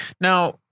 Now